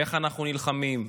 איך אנחנו נלחמים?